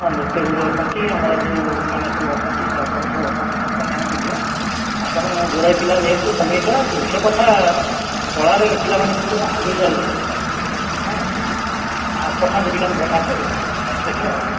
ହଁ ନୃତ୍ୟ ଗୁରୁ ଅଛନ୍ତି ଆମର ଯେଉଁ ମାନେ ସବୁ ଅଛନ୍ତି ସାର୍ ଫାର୍ ମାନେ ସବୁ ଅଛନ୍ତି ତାଙ୍କ କଥା ଆମେ ବି ବୁଝିବା ଆଉ ତେଣୁ ଯୋଡ଼ାଏ ପିଲା ଯେହେତୁ କମେଇଦେବା ମୁଖ୍ୟ କଥା କଳାରେ ପିଲାମାନେ କେମିତି ଆଗେଇ ଚାଲନ୍ତୁ ହଁ ଆଉ ପଠାନ୍ତୁ ପିଲାଙ୍କୁ ପଠାନ୍ତୁ ଦେଖିବା ଆଉ